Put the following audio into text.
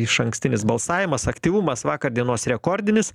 išankstinis balsavimas aktyvumas vakar dienos rekordinis